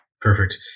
Perfect